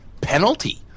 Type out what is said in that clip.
penalty